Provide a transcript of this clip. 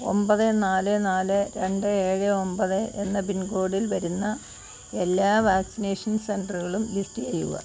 ഒമ്പത് നാല് നാല് രണ്ട് ഏഴ് ഒമ്പത് എന്ന പിൻകോഡിൽ വരുന്ന എല്ലാ വാക്സിനേഷൻ സെന്ററുകളും ലിസ്റ്റ് ചെയ്യുക